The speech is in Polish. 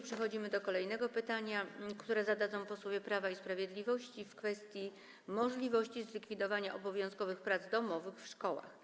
Przechodzimy do kolejnego pytania, które zadadzą posłowie Prawa i Sprawiedliwości, w kwestii możliwości zlikwidowania obowiązkowych prac domowych w szkołach.